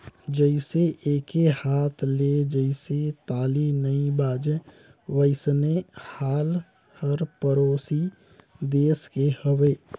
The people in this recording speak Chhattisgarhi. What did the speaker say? जइसे एके हाथ ले जइसे ताली नइ बाजे वइसने हाल हर परोसी देस के हवे